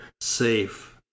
safe